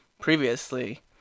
previously